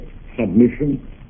submission